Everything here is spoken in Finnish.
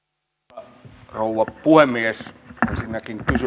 arvoisa rouva puhemies ensinnäkin